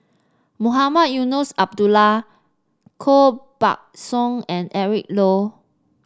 Mohamed Eunos Abdullah Koh Buck Song and Eric Low